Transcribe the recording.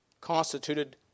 constituted